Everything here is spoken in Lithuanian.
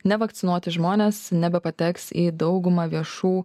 nevakcinuoti žmonės nebepateks į daugumą viešų